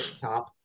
top